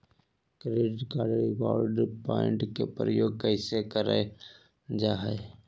Credit card reward point के प्रयोग कैसे करल जा है?